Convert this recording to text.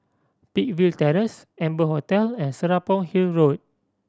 Peakville Terrace Amber Hotel and Serapong Hill Road